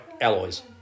alloys